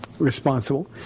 Responsible